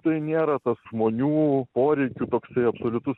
tai nėra tas žmonių poreikių toksai absoliutus